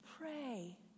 pray